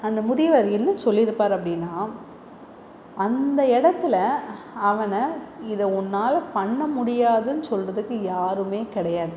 அந்த முதியவர் என்ன சொல்லிருப்பார் அப்படினா அந்த இடத்துல அவனை இதை உன்னால் பண்ண முடியாதுன்னு சொல்றதுக்கு யாருமே கிடையாது